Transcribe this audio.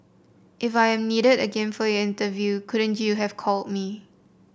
if I am needed again for your interview couldn't you have called me